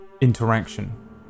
interaction